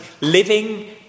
living